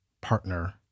partner